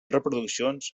reproduccions